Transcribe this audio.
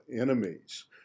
enemies